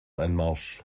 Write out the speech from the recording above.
anmarsch